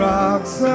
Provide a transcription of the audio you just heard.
Rocks